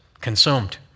consumed